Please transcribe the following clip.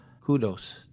kudos